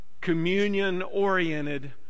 communion-oriented